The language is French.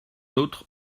autre